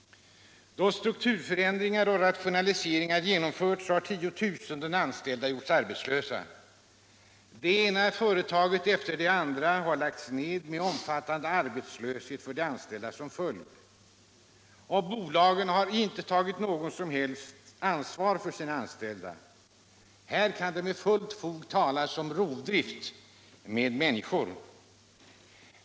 Då strukturförändringar och rationaliseringar genomförts har tiotusenden anställda gjorts arbetslösa. Det ena företaget efter det andra har lagts ner med omfattande arbetslöshet för de anställda som följd. Bolagen har inte tagit något som helst ansvar för sina anställda. Här kan det med fullt fog talas om rovdrift med människor.